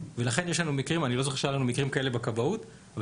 ולכן יש לנו מקרים אני לא זוכר שהיו לנו מקרים כאלה בכבאות אבל